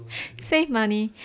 save money